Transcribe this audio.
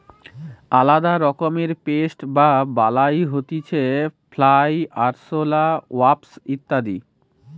আলদা রকমের পেস্ট বা বালাই হতিছে ফ্লাই, আরশোলা, ওয়াস্প ইত্যাদি